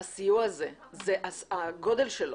הסיוע הזה, הגודל שלו,